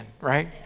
right